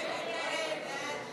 אפס נמנעים.